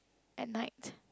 at night